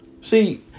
See